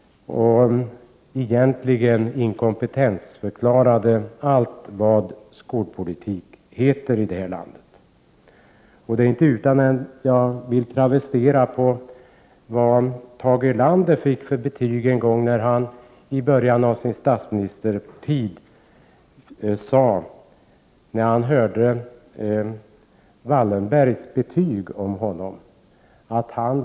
Egentligen inkompetensförklarade hon allt vad skolpolitik heter i det här landet. Det är inte utan att jag vill göra samma kommentar som Tage Erlander = Prot. 1988/89:63 gjorde när han i början av sin statsministertid fick höra vilket betyg han hade 8 februari 1989 fått av Wallenberg.